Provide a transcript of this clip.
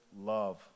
love